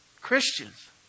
Christians